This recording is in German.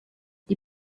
die